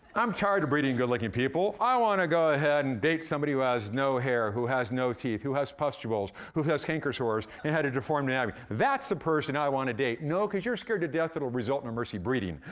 i'm tired of breeding good-looking people, i wanna go ahead and date somebody who has no hair, who has no teeth, who has pustules, who has canker sores, and had a deformity i mean that's the person i wanna date. no, cause you're scared to death it'll result in a mercy breeding,